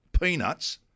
peanuts